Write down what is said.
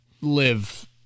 Live